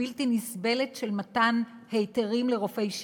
בלתי נסבלת של מתן היתרים לרופאי שיניים?